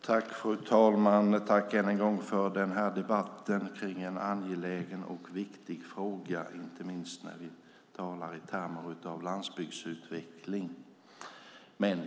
Fru talman! Jag tackar än en gång för denna debatt om en angelägen och viktig fråga, inte minst när vi talar i termer av landsbygdsutveckling.